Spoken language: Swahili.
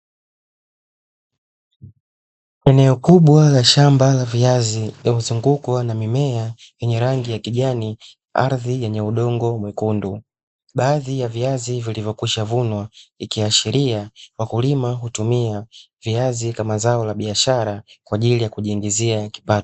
Eneo kubwa la shamba la viazi lililozungukwa na mimea ya kijani na ardhi yenye udongo nyekundu, baadhi ya viazi vilivyokwisha vunwa ikiashiria wakulima hutumia viazi kama zao la biashara kwa ajili ya kujiingizia kipato.